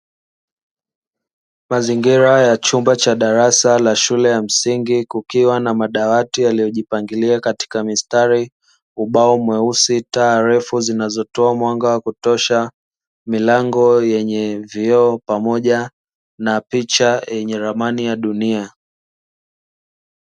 Mazingira ya chumba cha darasa ya shule la msingi. Kukiwa na madawati yaliyojipangilia katika mistari, ubao mweusi, taa refu zinazotoa mwanga wa kutosha, milango yenye vioo pamoja na picha yenye ramani ya dunia.